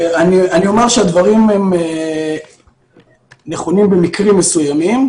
אני אומר שהדברים נכונים במקרים מסוימים.